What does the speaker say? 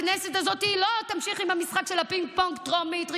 הכנסת הזאת לא תמשיך עם המשחק של הפינג-פונג: טרומית,